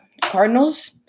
Cardinals